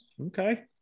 Okay